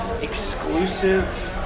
exclusive